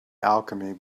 alchemy